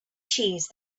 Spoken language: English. cheese